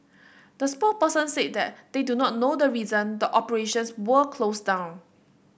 the spokesperson said that they do not know the reason the operations were closed down